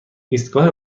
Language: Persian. ایستگاه